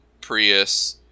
Prius